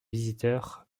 visiteurs